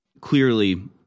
clearly